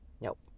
Nope